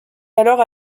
alors